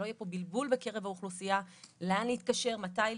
שלא יהיה פה בלבול בקרב האוכלוסייה - לאן להתקשר ומתי.